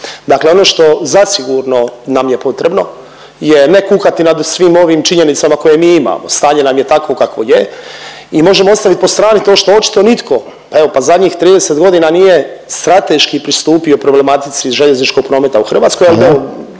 Dakle ono što zasigurno nam je potrebno je ne kukati nad svim ovim činjenicama koje mi imamo, stanje nam je takvo kakvo je i možemo ostaviti po strani to što očito nitko, pa evo, pa zadnjih 30 godina nije strateški pristupio problematici željezničkog prometa u Hrvatskoj, ali bi evo,